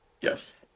Yes